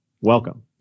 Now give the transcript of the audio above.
Welcome